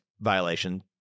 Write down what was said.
violation